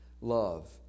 love